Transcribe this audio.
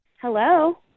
Hello